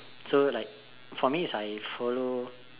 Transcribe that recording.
so like for me is I follow